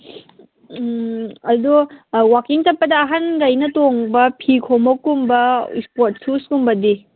ꯎꯝ ꯑꯗꯨ ꯑꯥ ꯋꯥꯛꯀꯤꯡ ꯆꯠꯄꯗ ꯑꯍꯟꯈꯩꯅ ꯇꯣꯡꯕ ꯐꯤ ꯈꯣꯡꯎꯞ ꯀꯨꯝꯕ ꯏꯁꯄꯣꯔꯠ ꯁꯨꯁ ꯀꯨꯝꯕꯗꯤ